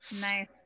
nice